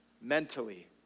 mentally